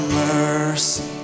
mercy